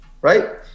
right